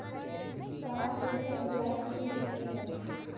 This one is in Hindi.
कार ऋण पर ब्याज कितने प्रतिशत है?